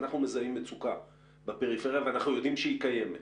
אנחנו מזהים מצוקה בפריפריה ואנחנו יודעים שהיא קיימת,